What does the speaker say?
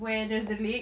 where there's a lake